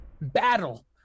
battle